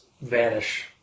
vanish